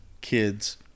kids